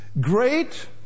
Great